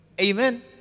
Amen